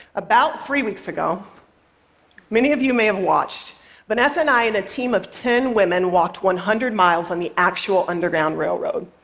about three weeks ago many of you may have watched vanessa and i and a team of ten women walked one hundred miles on the actual underground railroad.